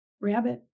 rabbit